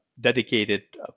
dedicated